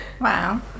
Wow